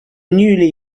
newly